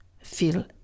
feel